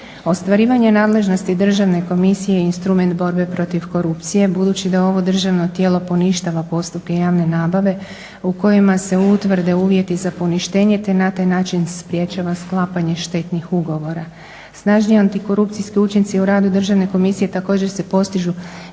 Ostvarivanje nadležnosti Državne komisije i instrument borbe protiv korupcije, budući da ovo državno tijelo poništava postupke javne nabave u kojima se utvrde uvjeti za poništenje te na taj način sprječava sklapanje štetnih ugovora. Snažni antikorupcijski učinci u radu Državne komisije također se postižu